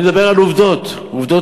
אני מדבר על עובדות החיים.